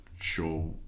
sure